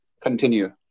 continue